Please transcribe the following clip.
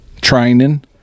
training